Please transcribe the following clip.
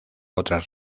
otras